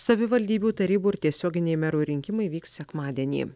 savivaldybių tarybų ir tiesioginiai merų rinkimai vyks sekmadienį